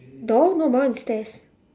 door no my one is stairs